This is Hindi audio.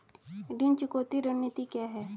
ऋण चुकौती रणनीति क्या है?